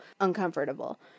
uncomfortable